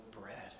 bread